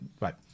right